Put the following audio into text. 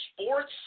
sports